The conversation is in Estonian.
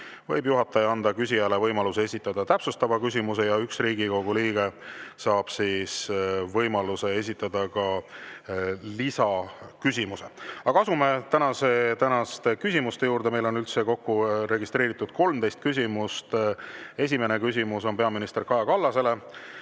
võib juhataja anda küsijale võimaluse esitada täpsustav küsimus ja üks Riigikogu liige saab võimaluse esitada ka lisaküsimus. Asume tänaste küsimuste juurde. Meil on kokku registreeritud 13 küsimust. Esimene küsimus on peaminister Kaja Kallasele,